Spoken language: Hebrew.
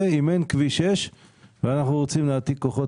אם אין כביש 6 ואנחנו רוצים להעתיק כוחות,